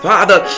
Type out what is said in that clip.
Father